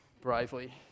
bravely